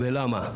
ולמה?